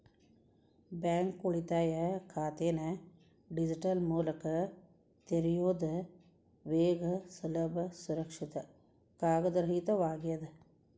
bank ಉಳಿತಾಯ ಖಾತೆನ digital ಮೂಲಕ ತೆರಿಯೋದ್ ವೇಗ ಸುಲಭ ಸುರಕ್ಷಿತ ಕಾಗದರಹಿತವಾಗ್ಯದ